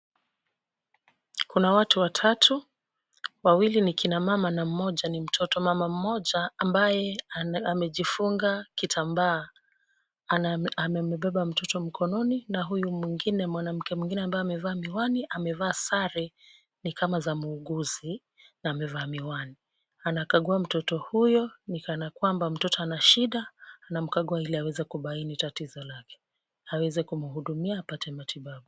Kuna watu watatu, wawili ni kina mama na mmoja ni mtoto. Mama mmoja ambaye amejifunga kitambaa, amembeba mtoto mkononi na huyu mwingine, mwanamke mwingine ambaye amevaa miwani, amevaa sare ni kama za muuguzi na amevaa miwani. Anakagua mtoto huyo, ni kana kwamba mtoto ana shida, anamkagua ili aweze kubaini tatizo lake, aweze kumhudumia apate matibabu.